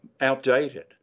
outdated